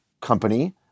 company